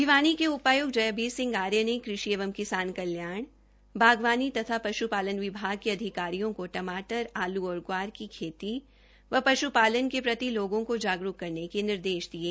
भिवानी के उपायुक्त जयबीर सिंह आर्य ने कृषि एवं किसान कल्याण बागवानी तथा पशुपालन विभाग के अधिकारियों को टमाटर आल और ग्वार की खेती व पशपालन के प्रति लोगों में जागरूक करने के निर्देश दिये